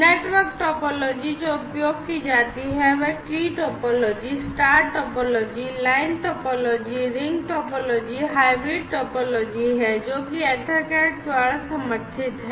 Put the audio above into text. network topology जो उपयोग की जाती हैं वे tree topology star topology line topology ring topology hybrid topology हैं जो कि EtherCAT द्वारा समर्थित हैं